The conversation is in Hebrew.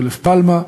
אולוף פאלמה,